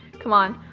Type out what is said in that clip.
come on,